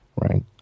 right